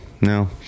No